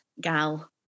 gal